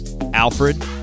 Alfred